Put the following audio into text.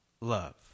love